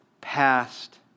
past